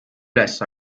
üles